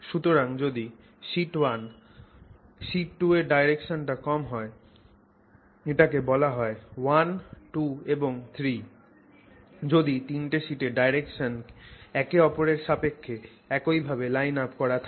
সুতরাং যদি sheet 1 sheet 2 এর ডাইরেকশনটা কম হয় এটাকে বলা হয় 1 2 এবং 3 যদি তিনটে শিটের ডাইরেকশন একে ওপরের সাপেক্ষে একই ভাবে লাইন আপ করা থাকে